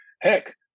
heck